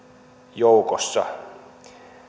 joukossa